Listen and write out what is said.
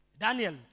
Daniel